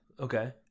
okay